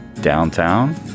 downtown